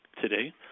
today